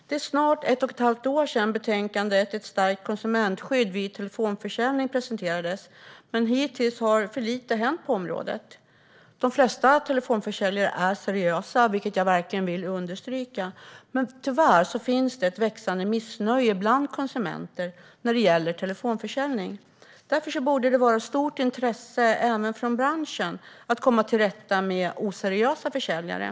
Det är snart ett och ett halvt år sedan betänkandet Ett stärkt konsumentskydd vid telefonförsäljning presenterades. Men hittills har det hänt för lite på området. De flesta telefonförsäljare är seriösa, vilket jag verkligen vill understryka. Men tyvärr finns det ett växande missnöje bland konsumenter när det gäller telefonförsäljning. Därför borde det finnas ett stort intresse även från branschen för att komma till rätta med oseriösa försäljare.